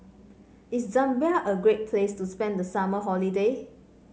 is Zambia a great place to spend the summer holiday